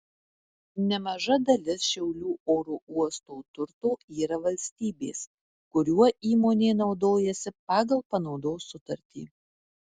nemaža dalis šiaulių oro uosto turto yra valstybės kuriuo įmonė naudojasi pagal panaudos sutartį